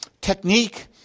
Technique